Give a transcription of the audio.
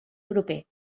proper